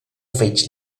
fetg